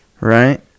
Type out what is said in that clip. Right